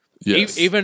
Yes